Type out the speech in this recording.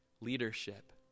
leadership